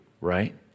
right